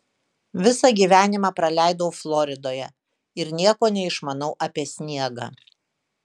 visą gyvenimą praleidau floridoje ir nieko neišmanau apie sniegą